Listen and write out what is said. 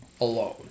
alone